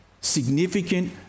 significant